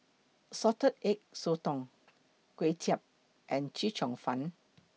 Salted Egg Sotong Kway Chap and Chee Cheong Fun